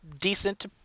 decent –